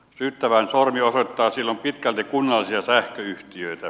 syyttävän sormi osoittaa silloin pitkälti kunnallisia sähköyhtiöitä